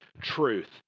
truth